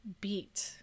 beat